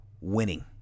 winning